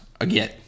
again